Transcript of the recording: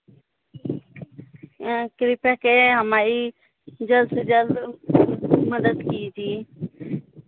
आ कृपया के हमारी जल्द से जल्द मदद कीजिए